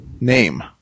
Name